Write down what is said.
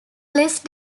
list